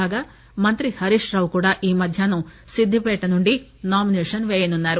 కాగా మంత్రి హరీష్రావు కూడా ఈ మధ్యాహ్నం సిద్దిపేట నుండి నామినేషన్ పేయనున్నారు